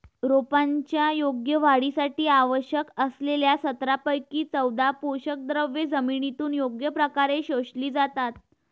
रोपांच्या योग्य वाढीसाठी आवश्यक असलेल्या सतरापैकी चौदा पोषकद्रव्ये जमिनीतून योग्य प्रकारे शोषली जातात